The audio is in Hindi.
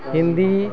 हिन्दी